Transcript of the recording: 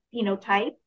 phenotype